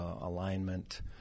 alignment